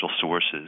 sources